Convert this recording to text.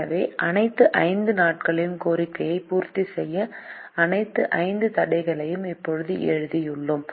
எனவே அனைத்து 5 நாட்களிலும் கோரிக்கையை பூர்த்தி செய்ய அனைத்து 5 தடைகளையும் இப்போது எழுதியுள்ளோம்